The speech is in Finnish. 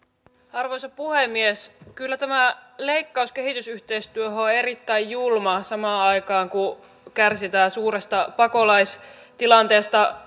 arvoisa puhemies kyllä tämä leikkaus kehitysyhteistyöhön on erittäin julma samaan aikaan kun kärsitään suuresta pakolaistilanteesta